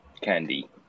candy